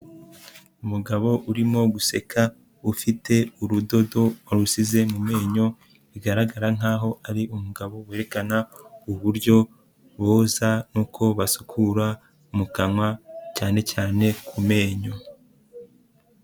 Umugabo urimo guseka ufite urudodo warusize mu menyo, bigaragara nkaho ari umugabo werekana uburyo boza n'uko basukura mu kanwa, cyane cyane mu menyo.